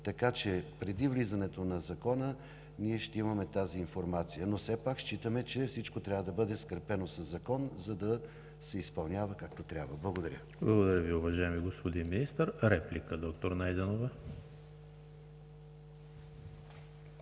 така че преди влизането на Закона ние ще имаме тази информация. Все пак обаче считаме, че всичко трябва да бъде скрепено със закон, за да се изпълнява както трябва. Благодаря. ПРЕДСЕДАТЕЛ ЕМИЛ ХРИСТОВ: Благодаря Ви, уважаеми господин Министър. Реплика, доктор Найденова.